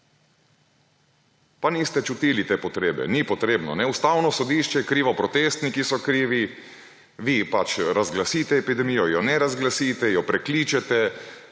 Pa niste čutili te potrebe, ni potrebno. Ustavno sodišče je krivo, protestniki so krivi, vi razglasite epidemijo, je ne razglasite, jo prekličete,